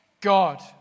God